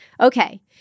Okay